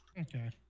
Okay